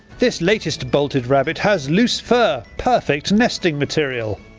this latest bolted rabbit has lose fur perfect nesting material.